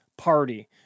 party